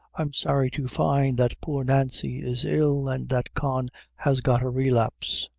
i am sorry to find that poor nancy is ill and that con has got a relapse.